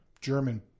German